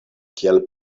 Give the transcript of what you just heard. kiel